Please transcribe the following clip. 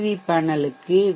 we பேனலுக்கு we